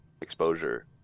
exposure